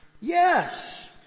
Yes